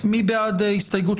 נדחית.